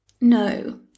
No